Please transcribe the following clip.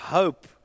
hope